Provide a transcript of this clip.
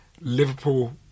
Liverpool